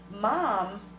mom